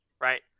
Right